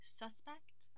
suspect